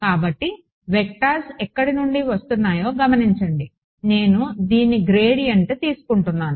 కాబట్టి వెక్టర్స్ ఎక్కడి నుండి వస్తున్నాయో గమనించండి నేను దీని గ్రేడియంట్ తీసుకుంటున్నాను